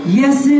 yes